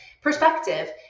perspective